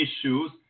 issues